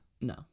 No